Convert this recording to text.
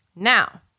Now